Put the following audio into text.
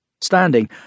Standing